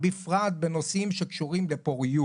בפרט בנושאים שקשורים בפוריות.